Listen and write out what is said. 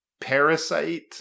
Parasite